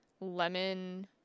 lemon